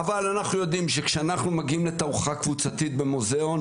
אבל אנחנו יודעים שאנחנו מגיעים לתערוכה קבוצתית במוזיאון,